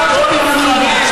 בראש הפירמידה.